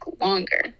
longer